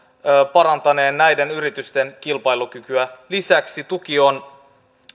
parantaneen näiden yritysten kilpailukykyä lisäksi tuki on